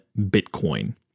Bitcoin